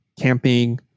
camping